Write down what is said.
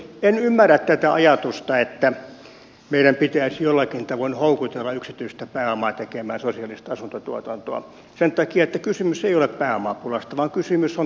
en ymmärrä tätä ajatusta että meidän pitäisi jollakin tavoin houkutella yksityistä pääomaa tekemään sosiaalista asuntotuotantoa sen takia että kysymys ei ole pääomapulasta vaan kysymys on tonttipulasta